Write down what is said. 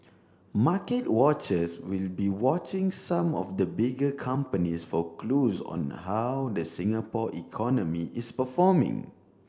market watchers will be watching some of the bigger companies for clues on how the Singapore economy is performing